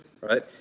right